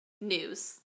news